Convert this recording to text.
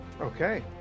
Okay